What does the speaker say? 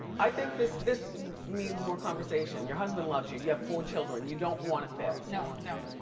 i think this this means more conversation. your husband loves you. you have four children. you don't want a fifth. no, no.